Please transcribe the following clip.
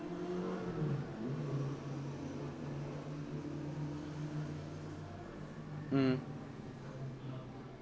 mm